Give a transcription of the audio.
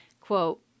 Quote